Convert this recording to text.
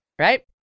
Right